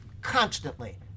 constantly